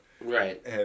Right